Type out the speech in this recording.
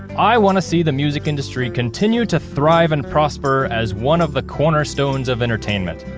i want to see the music industry continue to thrive and prosper as one of the cornerstones of entertainment.